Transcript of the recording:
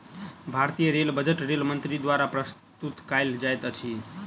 भारतीय rail budget rail मंत्री द्वारा प्रस्तुत कयल जाइत अछि